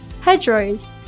hedgerows